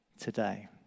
Today